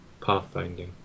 pathfinding